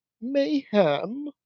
Mayhem